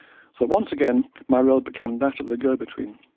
so once again my role became that of the go-between.